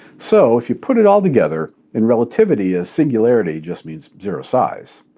so, if you put it all together, in relativity, a singularity just means zero size.